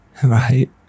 right